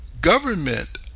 government